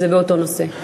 זה באותו נושא.